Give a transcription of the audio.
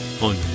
on